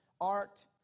art